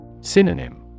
Synonym